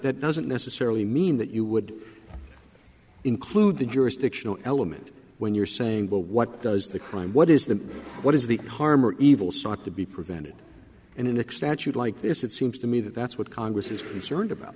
that doesn't necessarily mean that you would include the jurisdictional element when you're saying well what does the crime what is the what is the harm or evil sought to be prevented and in extent you'd like this it seems to me that that's what congress is concerned about